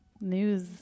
News